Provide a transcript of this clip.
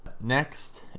next